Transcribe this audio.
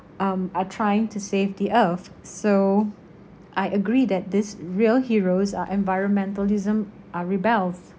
um are trying to save the earth so I agree that these real heroes are environmentalism are rebels